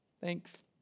thanks